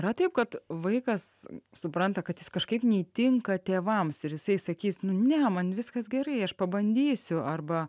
yra taip kad vaikas supranta kad jis kažkaip neįtinka tėvams ir jisai sakys nu ne man viskas gerai aš pabandysiu arba